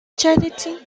charity